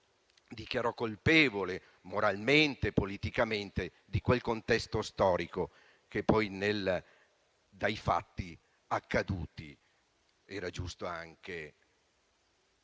autodichiarò colpevole moralmente e politicamente di quel contesto storico e dei fatti accaduti. Era giusto anche